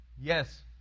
Yes